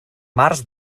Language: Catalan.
mars